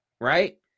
right